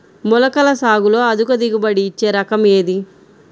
మొలకల సాగులో అధిక దిగుబడి ఇచ్చే రకం ఏది?